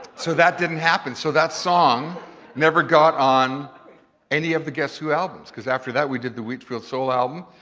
so that didn't happen. so that song never got on any of the guess who albums because after that we did the wheatfield soul album,